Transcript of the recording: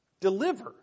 deliver